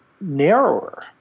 narrower